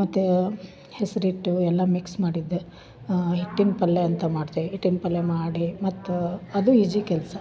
ಮತ್ತು ಹೆಸರಿಟ್ಟು ಎಲ್ಲ ಮಿಕ್ಸ್ ಮಾಡಿದ್ದೆ ಹಿಟ್ಟಿನ ಪಲ್ಯ ಅಂತ ಮಾಡ್ತೆ ಹಿಟ್ಟಿನ ಪಲ್ಯ ಮಾಡಿ ಮತ್ತು ಅದು ಈಜಿ ಕೆಲಸ